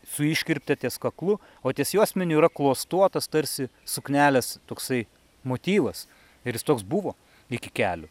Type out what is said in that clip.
su iškirpte ties kaklu o ties juosmeniu yra klostuotas tarsi suknelės toksai motyvas ir jis toks buvo iki kelių